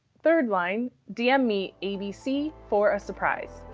third line dm me abc for a surprise.